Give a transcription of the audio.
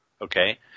okay